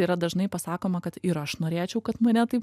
yra dažnai pasakoma kad ir aš norėčiau kad mane taip